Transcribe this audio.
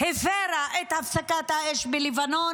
הפירה את הפסקת האש בלבנון?